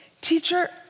teacher